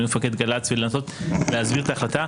מינוי מפקד גל"צ ולנסות להסביר את ההחלטה,